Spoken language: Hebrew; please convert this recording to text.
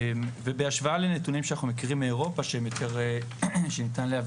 ובהשוואה לנתונים שאנחנו מכירים מאירופה שניתן להביא